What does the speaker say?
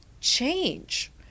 change